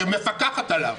שמפקחת עליו?